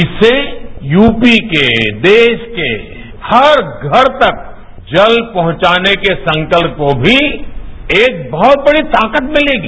इससे यूपी के देश के हर घर तक जल णुंचाने के संकल्प को भी एक बहुत बड़ी ताकत मिलेगी